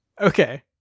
Okay